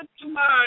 tonight